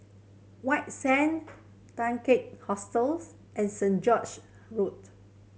White Sand Hostels and Saint George Road